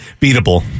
Beatable